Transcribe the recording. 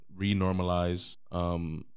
renormalize